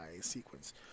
sequence